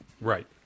right